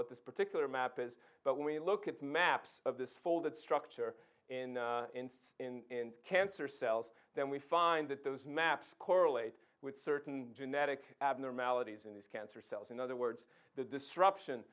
what this particular map is but when we look at maps of this folded structure in info in cancer cells then we find that those maps correlate with certain genetic abnormalities in these cancer cells in other words the disruption